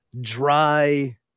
dry